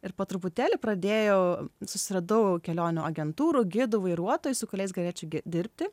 ir po truputėlį pradėjau susiradau kelionių agentūrų gidų vairuotojų su kuriais galėčiau dirbti